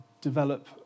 develop